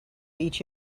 each